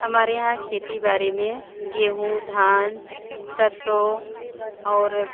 हमारे यहाँ खेती बारी में गेहूं धान सरसों और